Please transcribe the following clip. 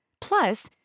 Plus